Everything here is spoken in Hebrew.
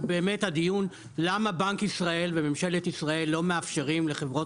באמת הדיון למה בנק ישראל וממשלת ישראל לא מאפשרים לחברות